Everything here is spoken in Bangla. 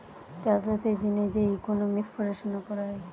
চাষ বাসের জিনে যে ইকোনোমিক্স পড়াশুনা করা হয়